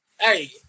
Hey